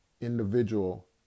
individual